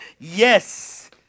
yes